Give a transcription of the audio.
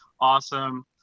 awesome